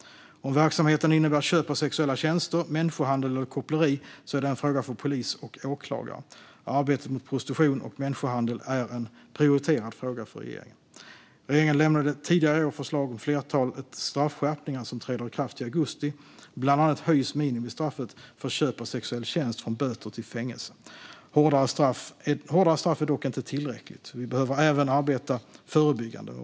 Om verksamheten innebär köp av sexuella tjänster, människohandel eller koppleri är det en fråga för polis och åklagare. Arbetet mot prostitution och människohandel är en prioriterad fråga för regeringen. Regeringen lämnade tidigare i år förslag om ett flertal straffskärpningar som träder i kraft i augusti. Bland annat höjs minimistraffet för köp av sexuell tjänst från böter till fängelse. Hårdare straff är dock inte tillräckligt. Vi behöver även arbeta förebyggande.